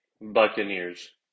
buccaneers